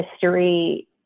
history